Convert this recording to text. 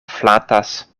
flatas